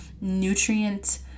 nutrient